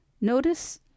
Notice